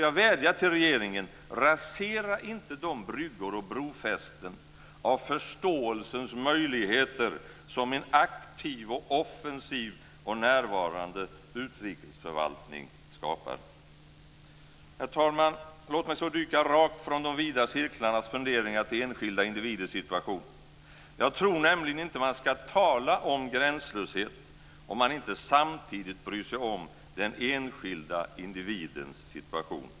Jag vädjar till regeringen: Rasera inte de bryggor och brofästen av förståelsens möjligheter som en aktiv och offensiv och närvarande utrikesförvaltning skapar. Herr talman! Låt mig dyka rakt från de vida cirklarnas funderingar till enskilda individers situation. Jag tror nämligen inte att man ska tala om gränslöshet om man inte samtidigt bryr sig om den enskilda individens situation.